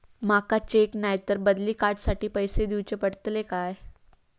माका चेक नाय तर बदली कार्ड साठी पैसे दीवचे पडतले काय?